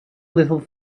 little